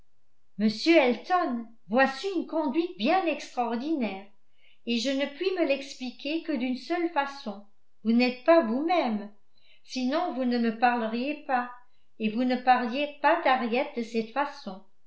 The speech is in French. m elton voici une conduite bien extraordinaire et je ne puis me l'expliquer que d'une seule façon vous n'êtes pas vous-même sinon vous ne me parleriez pas et vous ne parleriez pas d'harriet de cette façon